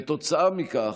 כתוצאה מכך,